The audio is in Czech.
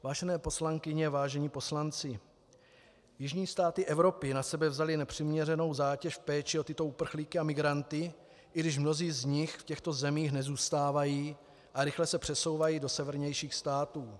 Vážené poslankyně, vážení poslanci, jižní státy Evropy na sebe vzaly nepřiměřenou zátěž v péči o tyto uprchlíky a migranty, i když mnozí z nich v těchto zemích nezůstávají a rychle se přesouvají do severnějších států.